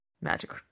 magic